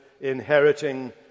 inheriting